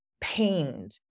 pained